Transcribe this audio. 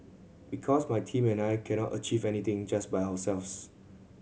because my team and I cannot achieve anything just by ourselves